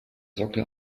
sockel